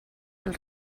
del